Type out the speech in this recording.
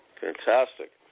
fantastic